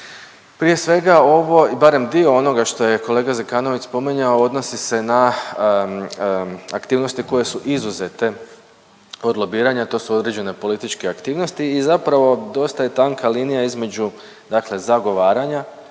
Prije svega ovo, barem dio onoga što je kolega Zekanović spominjao odnosi se na aktivnosti koje su izuzete od lobiranja, a to su određene političke aktivnosti i zapravo dosta je tanka linija između dakle zagovaranja